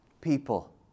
people